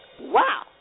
Wow